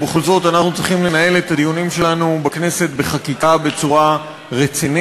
ובכל זאת אנחנו צריכים לנהל את הדיונים שלנו בכנסת בחקיקה בצורה רצינית,